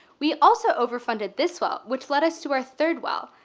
we also overfunded this well, which led us to our third well.